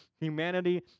humanity